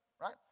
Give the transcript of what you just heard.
right